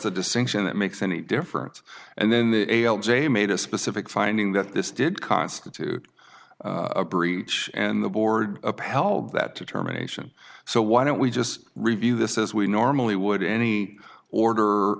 a distinction that makes any difference and then the a l j made a specific finding that this did constitute a breach and the board upheld that to terminations so why don't we just review this as we normally would any order